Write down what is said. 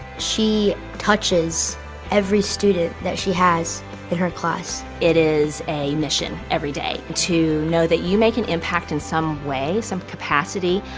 she touches every student that she has in her class. it is a mission everyday to know that you make an impact in some way, some capacity.